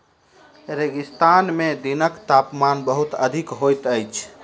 रेगिस्तान में दिनक तापमान बहुत अधिक होइत अछि